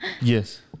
Yes